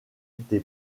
été